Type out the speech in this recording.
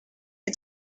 est